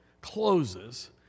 closes